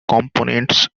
components